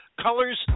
Colors